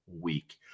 week